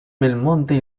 belmonte